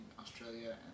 Australia